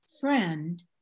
friend